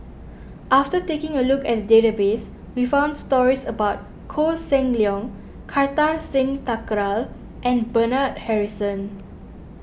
after taking a look at the database we found stories about Koh Seng Leong Kartar Singh Thakral and Bernard Harrison